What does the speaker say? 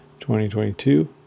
2022